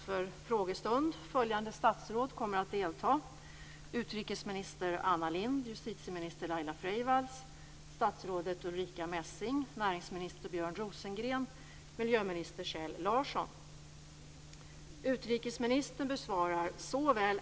Fru talman!